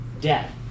Death